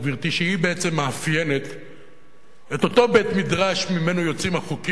שהיא בעצם מאפיינת את אותו בית-מדרש שממנו יוצאים החוקים הללו,